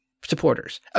supporters